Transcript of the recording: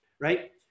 right